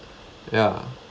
ya